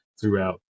throughout